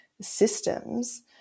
systems